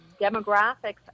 demographics